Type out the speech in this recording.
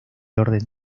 orden